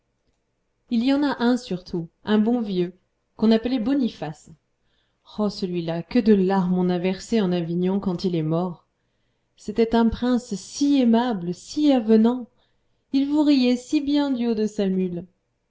il y en a un surtout un bon vieux qu'on appelait boniface oh celui-là que de larmes on a versées en avignon quand il est mort c'était un prince si aimable si avenant il vous riait si bien du haut de sa mule